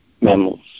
mammals